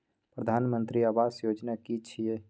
प्रधानमंत्री आवास योजना कि छिए?